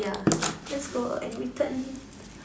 yeah let's go and return